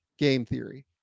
gametheory